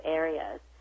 areas